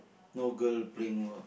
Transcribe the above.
no girl playing w~